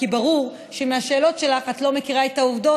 כי ברור מהשאלות שלך שאת לא מכירה את העובדות,